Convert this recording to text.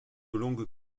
longues